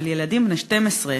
אבל ילדים בני 12,